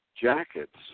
jackets